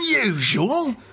Unusual